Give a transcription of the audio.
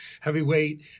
heavyweight